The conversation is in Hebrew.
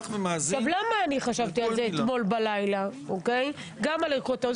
למה אני חשבתי על זה אתמול בלילה גם על ערכות האונס?